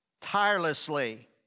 tirelessly